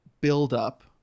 buildup